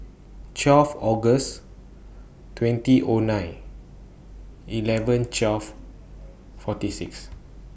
twelve August twenty O nine eleven twelve forty six